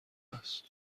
است